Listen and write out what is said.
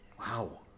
Wow